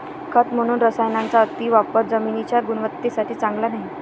खत म्हणून रसायनांचा अतिवापर जमिनीच्या गुणवत्तेसाठी चांगला नाही